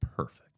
Perfect